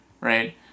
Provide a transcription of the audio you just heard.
right